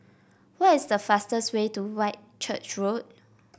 what is the fastest way to Whitchurch Road